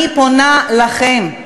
אני פונה אליכם,